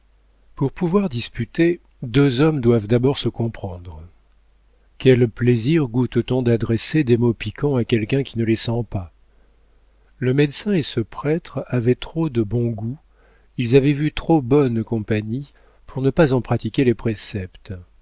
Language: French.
pour pouvoir disputer deux hommes doivent d'abord se comprendre quel plaisir goûte t on d'adresser des mots piquants à quelqu'un qui ne les sent pas le médecin et ce prêtre avaient trop de bon goût ils avaient vu trop bonne compagnie pour ne pas en pratiquer les préceptes